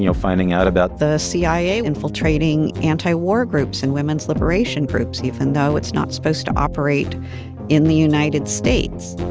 you know finding out about. the cia infiltrating anti-war groups and women's liberation groups even though it's not supposed to operate in the united states